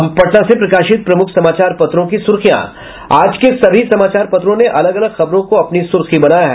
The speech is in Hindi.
अब पटना से प्रकाशित प्रमुख समाचार पत्रों की सुर्खियां आज के सभी समाचार पत्रों ने अलग अलग खबरों को अपनी सुर्खी बनाया है